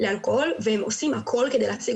לאלכוהול והם עושים הכול כדי להשיג